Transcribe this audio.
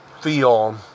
feel